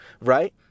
right